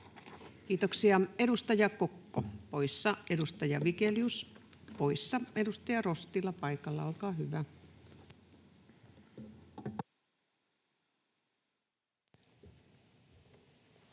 Kiitoksia. — Edustaja Kokko poissa, edustaja Vigelius poissa. — Edustaja Rostila paikalla, olkaa hyvä. Arvoisa